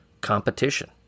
competition